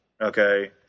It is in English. Okay